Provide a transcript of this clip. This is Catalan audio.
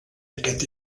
aquest